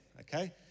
okay